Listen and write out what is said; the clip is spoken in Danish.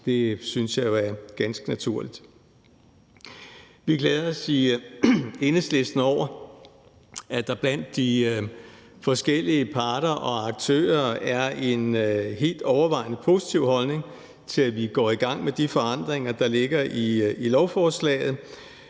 Det synes jeg jo er ganske naturligt. Vi glæder os i Enhedslisten over, at der blandt de forskellige parter og aktører er en helt overvejende positiv holdning til, at vi går i gang med de forandringer, der ligger i lovforslaget.